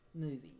movies